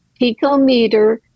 picometer